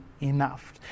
enough